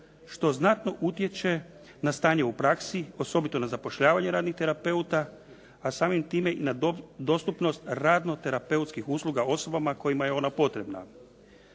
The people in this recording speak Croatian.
što znatno utječe na stanje u praksi, osobito na zapošljavanje radnih terapetua, a samim time na dostupnost radno terapeutskih usluga osobama kojima je ona potrebna.